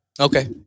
Okay